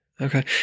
okay